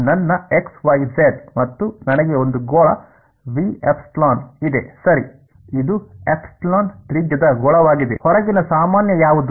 ಇದು ನನ್ನ x y z ಮತ್ತು ನನಗೆ ಒಂದು ಗೋಳ ಇದೆ ಸರಿ ಇದು ತ್ರಿಜ್ಯದ ಗೋಳವಾಗಿದೆ ಹೊರಗಿನ ಸಾಮಾನ್ಯ ಯಾವುದು